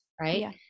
right